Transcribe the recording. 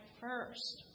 first